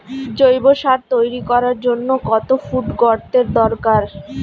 জৈব সার তৈরি করার জন্য কত ফুট গর্তের দরকার?